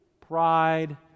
pride